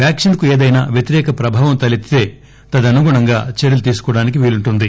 vaccine కు ఎదైనా వ్యతిరేక ప్రభావం తలెత్తుతే తదనుగుణంగా చర్యలు తీసుకోవడానికి వీలుంటుంది